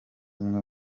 umwe